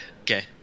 Okay